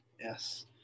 Yes